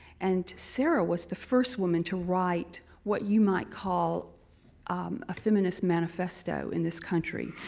and sarah was the first woman to write what you might call a feminist manifesto in this country.